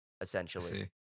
essentially